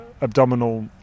abdominal